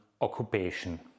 occupation